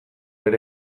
ere